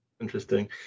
Interesting